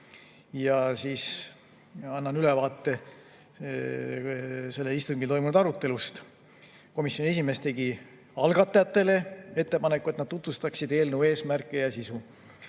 istungil. Annan ülevaate sellel istungil toimunud arutelust. Komisjoni esimees tegi algatajatele ettepaneku, et nad tutvustaksid eelnõu eesmärke ja sisu.